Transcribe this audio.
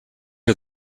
are